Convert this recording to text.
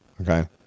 Okay